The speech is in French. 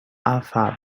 affable